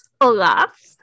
Olaf